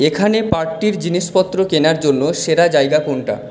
এখানে পার্টির জিনিসপত্র কেনার জন্য সেরা জায়গা কোনটা